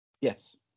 Yes